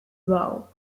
well